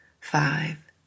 five